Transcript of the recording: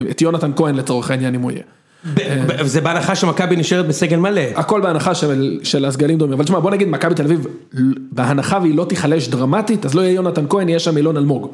את יונתן כהן לצורך העניין אם הוא יהיה, זה בהנחה שמכבי נשארת בסגל מלא, הכל בהנחה של הסגלים דומים, אבל שמע בוא נגיד מכבי תל אביב בהנחה והיא לא תיחלש דרמטית אז לא יהיה יונתן כהן היא יהיה שם אילון אלמוג.